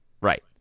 Right